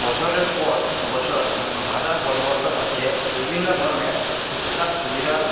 বছরের পর বছর ভাষার পরিবর্তন হচ্ছে বিভিন্ন ধরনের সুবিধার